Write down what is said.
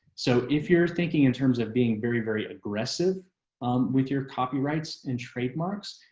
so if you're thinking in terms of being very, very aggressive with your copyrights and trademarks.